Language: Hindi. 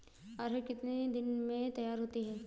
अरहर कितनी दिन में तैयार होती है?